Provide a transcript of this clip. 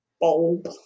bulb